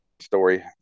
story